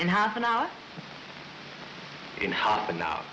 and half an hour in half an hour